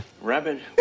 Rabbit